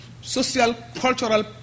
social-cultural